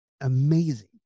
Amazing